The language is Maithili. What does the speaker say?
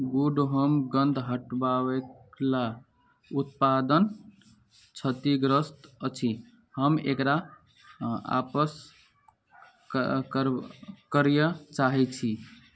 गुड होम गन्ध हटबाबय लए उत्पादन क्षतिग्रस्त अछि हम एकरा आपस क कऽ करय चाहैत छी